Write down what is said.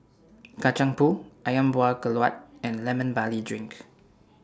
Kacang Pool Ayam Buah Keluak and Lemon Barley Drink